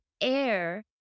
Air